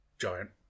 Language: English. giant